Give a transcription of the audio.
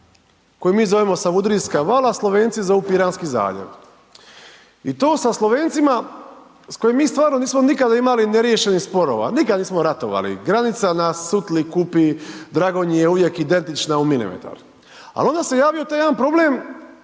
koju mi zovemo Savudrijska vala, Slovenci zovu Piranski zaljev i to sa Slovencima s kojim mi stvarno nismo nikada imali neriješenih sporova, nikad nismo ratovali, granica na Sutli, Kupi, Dragonji je uvijek identična u milimetar, a onda se javio taj jedan problem,